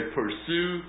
pursue